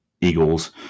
Eagles